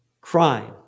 Crime